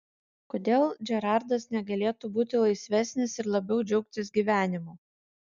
kodėl džerardas negalėtų būti laisvesnis ir labiau džiaugtis gyvenimu